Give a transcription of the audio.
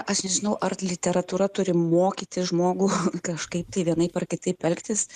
aš nežinau ar literatūra turi mokyti žmogų kažkaip tai vienaip ar kitaip elgtis